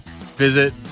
Visit